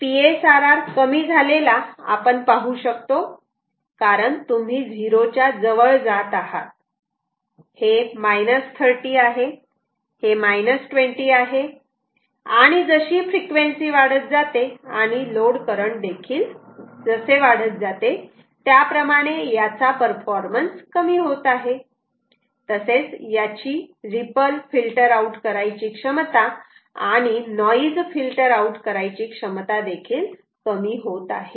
PSRR कमी झालेला आपण पाहू शकतो कारण तुम्ही '0' च्या जवळ जात आहात हे 30 आहे 20 आहे आणि जशी फ्रिक्वेन्सी वाढत जाते आणि लोड करंट देखील जसे वाढत जाते त्याप्रमाणे याचा परफॉर्मन्स कमी होत आहे तसेच याची रिपल फिल्टर आउट करायची क्षमता आणि नॉइज फिल्टर आउट करायची क्षमता देखील कमी होत आहे